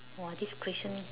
!wah! this question